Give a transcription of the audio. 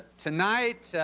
tonight,